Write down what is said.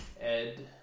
Ed